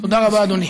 תודה רבה, אדוני.